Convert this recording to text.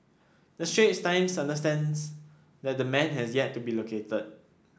the Straits Times understands that the man has yet to be located